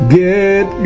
get